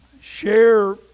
share